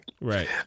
right